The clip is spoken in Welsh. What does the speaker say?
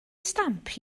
stamp